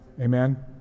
Amen